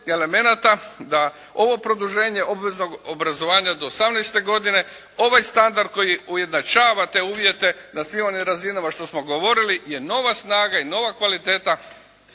elemenata da ovo produženje obveznog obrazovanja do 18. godine ovaj standard koji ujednačava te uvjete na svim onim razinama što smo govorili je nova snaga i nova kvaliteta